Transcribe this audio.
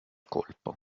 colpo